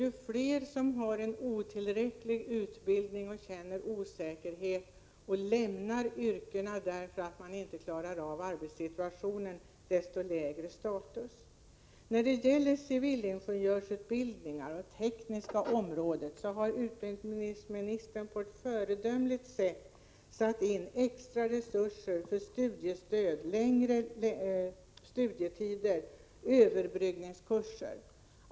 Ju fler det är som har en otillräcklig utbildning, som känner osäkerhet och som lämnar yrket därför att de inte klarar av arbetssituationen, desto lägre status får yrket. När det gäller civilingenjörsutbildningen och andra utbildningar inom det tekniska området har utbildningsministern på ett föredömligt sätt satt in extra resurser för studiestöd, längre studietider och överbryggningskurser.